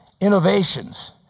innovations